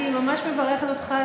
אני ממש מברכת אותך,